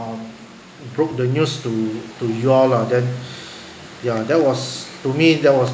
um broke the news to to you all lah then ya that was to me that was